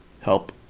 help